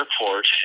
airport